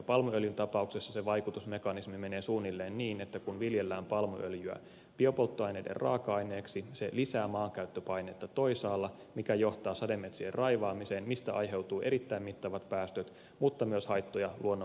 palmuöljyn tapauksessa se vaikutusmekanismi menee suunnilleen niin että kun viljellään palmuöljyä biopolttoaineiden raaka aineeksi se lisää maankäyttöpainetta toisaalla mikä johtaa sademetsien raivaamiseen mistä aiheutuu erittäin mittavat päästöt mutta myös haittoja luonnon monimuotoisuudelle